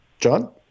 John